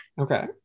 Okay